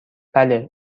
بله